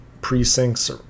precincts